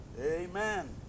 Amen